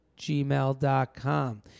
gmail.com